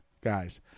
guys